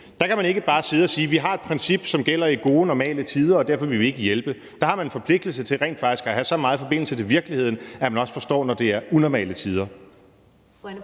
der kan man ikke bare sidde og sige, at vi har et princip, der gælder i gode og normale tider, og derfor vil vi ikke hjælpe. Der har man en forpligtelse til rent faktisk at have så meget forbindelse til virkeligheden, at man også forstår det, når det er unormale tider.